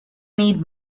need